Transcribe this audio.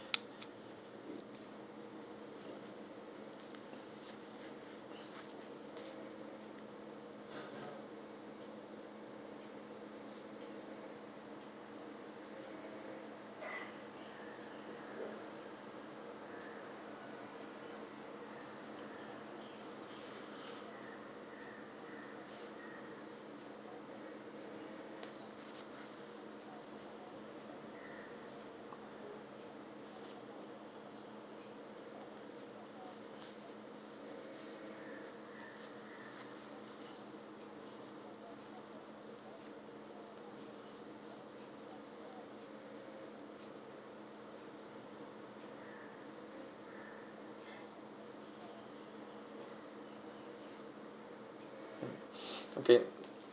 mm okay